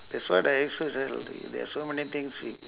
that's what I also tend to think there's so many things we